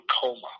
coma